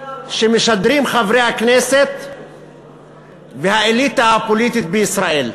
שמשדרים חברי הכנסת והאליטה הפוליטית בישראל.